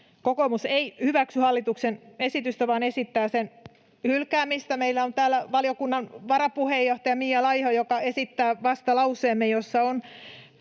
Kokoomus ei hyväksy hallituksen esitystä vaan esittää sen hylkäämistä. Meillä on täällä valiokunnan varapuheenjohtaja Mia Laiho, joka esittää vastalauseemme, jossa on